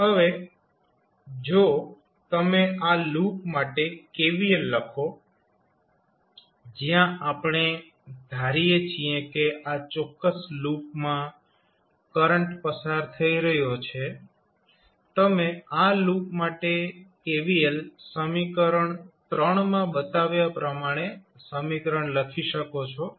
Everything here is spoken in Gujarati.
હવે જો તમે આ લૂપ માટે KVL લખો જ્યાં આપણે ધારીએ છીએ કે આ ચોક્કસ લૂપમાં કરંટ પસાર થઇ રહ્યો છે તમે આ લૂપ માટે KVL સમીકરણ માં બતાવ્યા પ્રમાણે સમીકરણ લખી શકો છો